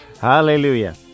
Hallelujah